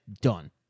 done